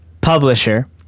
Publisher